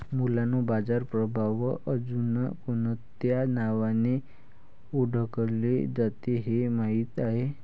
मुलांनो बाजार प्रभाव अजुन कोणत्या नावाने ओढकले जाते हे माहित आहे?